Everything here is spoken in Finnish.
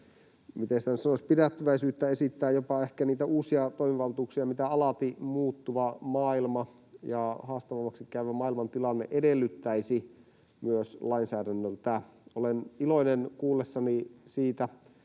pidättyväisyyttä esittää jopa ehkä niitä uusia toimivaltuuksia, mitä alati muuttuva maailma ja haastavammaksi käyvä maailmantilanne edellyttäisi myös lainsäädännöltä. Olen iloinen kuullessani siitä,